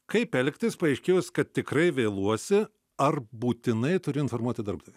kaip elgtis paaiškėjus kad tikrai vėluosi ar būtinai turi informuoti darbdavį